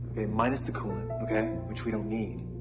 minus the coolant which we don't need.